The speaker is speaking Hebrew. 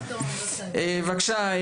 בבקשה,